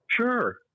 Sure